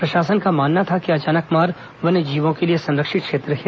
प्रशासन का मानना था कि अचानकमार वन्यजीवों के लिए संरक्षित क्षेत्र है